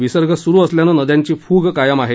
विसर्ग सुरू असल्याने नद्यांची फुग कायम आहे